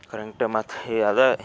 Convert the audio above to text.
current ಮತ್ತು ಅದು